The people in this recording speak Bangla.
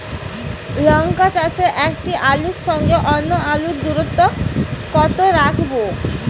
লঙ্কা চাষে একটি আলুর সঙ্গে অন্য আলুর দূরত্ব কত রাখবো?